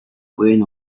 pueden